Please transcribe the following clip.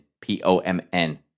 P-O-M-N